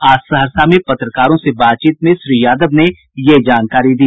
आज सहरसा में पत्रकारों से बातचीत में श्री यादव ने ये जानकारी दी